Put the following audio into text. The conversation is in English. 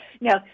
No